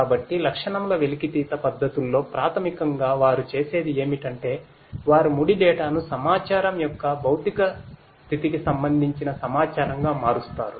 కాబట్టి లక్షణముల వెలికితీత పద్ధతులల్లో ప్రాథమికంగా వారు చేసేది ఏమిటంటే వారు ముడి డేటా ను సమాచారం యొక్క భౌతిక స్థితికి సంబంధించిన సమాచారంగా మారుస్తారు